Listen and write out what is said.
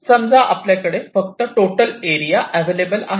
समजा आपल्याकडे फक्त टोटल एरिया अवेलेबल आहे